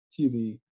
TV